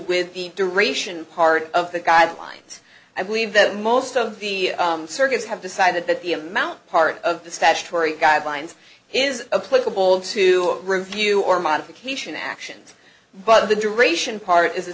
with the duration part of the guidelines i believe that most of the circuits have decided that the amount part of the statutory guidelines is a place of all to review or modification actions but the duration part is a